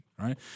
Right